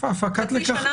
חצי שנה.